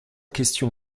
question